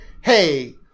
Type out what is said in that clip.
hey